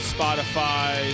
Spotify